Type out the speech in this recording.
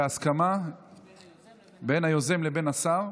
בהסכמה בין היוזם לבין השר.